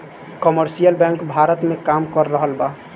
commercial bank Bharat में काम कर रहल बा